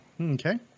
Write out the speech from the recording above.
Okay